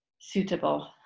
suitable